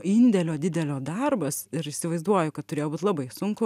indėlio didelio darbas ir įsivaizduoju kad turėjo būt labai sunku